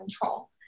control